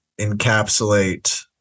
encapsulate